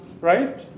right